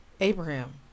Abraham